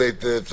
בוקר טוב.